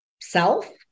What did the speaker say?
self